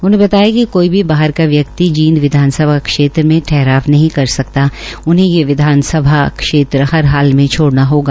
उन्होंने बताया कि कोई भी बाहर का व्यक्ति जींद विधानसभा में ठहराव नहीं कर सकता उन्हें ये विधानसभा ोत्र हर हाल में छोड़ाना होगा